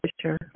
Sure